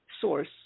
source